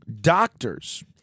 doctors